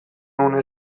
une